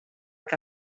que